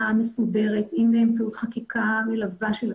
מאוד מסודרת אם באמצעות חקיקה מלווה של הכנסת,